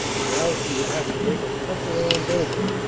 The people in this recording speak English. and now she would have to make a special errand over,